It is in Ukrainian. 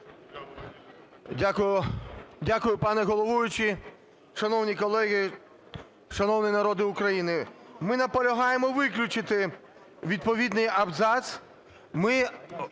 Дякую, пане головуючий. Шановні колеги, шановний народе України, ми наполягаємо виключити відповідний абзац.